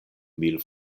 mil